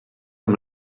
amb